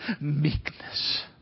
meekness